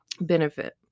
benefit